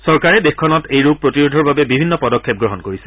চৰকাৰে দেশখনত এই ৰোগ প্ৰতিৰোধৰ বাবে বিভিন্ন পদক্ষেপ গ্ৰহণ কৰিছে